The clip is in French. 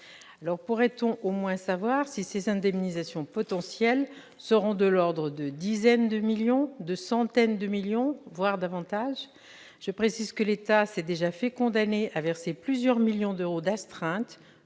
Pourrait-on au moins savoir si ces indemnisations potentielles seront de l'ordre de la dizaine de millions d'euros, de la centaine de millions d'euros, voire davantage ? Je précise que l'État a déjà été condamné à verser plusieurs millions d'euros d'astreintes,